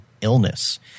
illness